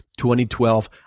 2012